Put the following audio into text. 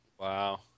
wow